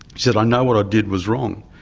said, i know what i did was wrong.